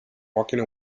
walking